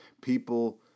people